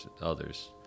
others